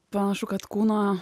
panašu kad kūno